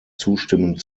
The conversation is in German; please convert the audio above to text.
zustimmend